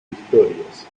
historias